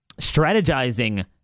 strategizing